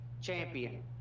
champion